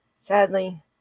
sadly